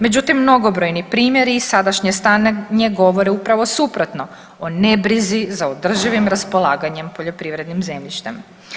Međutim, mnogobrojni primjeri i sadašnje stanje govore upravo suprotno o nebrizi za održivim raspolaganjem poljoprivrednim zemljištem.